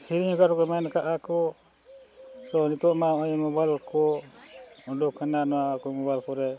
ᱥᱮᱨᱮᱧ ᱨᱮᱜᱮ ᱠᱚ ᱢᱮᱱ ᱟᱠᱟᱫᱼᱟᱠᱚ ᱛᱚ ᱱᱤᱛᱚᱜ ᱢᱟ ᱱᱚᱜᱼᱚᱭ ᱢᱳᱵᱟᱭᱤᱞ ᱠᱚ ᱩᱰᱩᱠ ᱟᱠᱟᱱᱟ ᱱᱚᱣᱟ ᱠᱚ ᱢᱳᱵᱟᱭᱤᱞ ᱠᱚᱨᱮ